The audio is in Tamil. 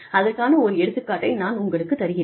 அதற்கான ஒரு எடுத்துக்காட்டை நான் உங்களுக்குத் தருகிறேன்